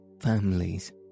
families